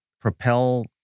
propel